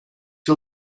yıl